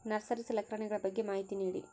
Nursery ಸಲಕರಣೆಗಳ ಬಗ್ಗೆ ಮಾಹಿತಿ ನೇಡಿ?